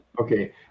Okay